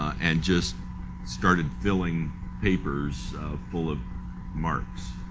and just started filling papers full of marks.